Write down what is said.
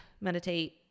meditate